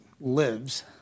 lives